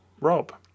Rob